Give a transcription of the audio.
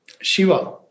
Shiva